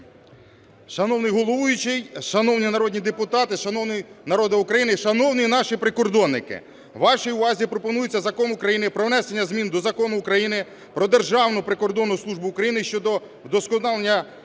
Шановний головуючий, шановні народні депутати, шановний народе України і шановні наші прикордонники! Вашій увазі пропонується Закон України про внесення змін до Закону України "Про Державну прикордонну службу України" щодо вдосконалення